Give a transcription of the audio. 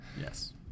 Yes